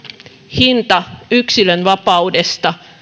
hinta yksilönvapaudesta